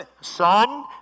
son